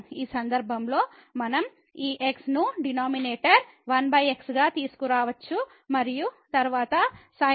ఈ సందర్భంలో మనం ఈ x ను డినామినేటర్ 1x గా తీసుకురావచ్చు మరియు తరువాత sin